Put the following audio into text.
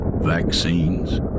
vaccines